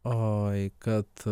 oi kad